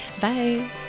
bye